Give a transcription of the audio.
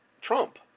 Trump